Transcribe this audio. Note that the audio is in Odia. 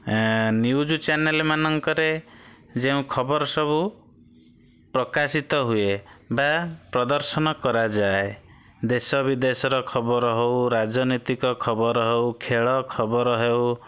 ଏ ନ୍ୟୁଜ୍ ଚ୍ୟାନେଲ ମାନଙ୍କରେ ଯେଉଁ ଖବର ସବୁ ପ୍ରକାଶିତ ହୁଏ ବା ପ୍ରଦର୍ଶନ କରାଯାଏ ଦେଶ ବିଦେଶର ଖବର ହଉ ରାଜନୈତିକ ଖବର ହଉ ଖେଳ ଖବର ହେଉ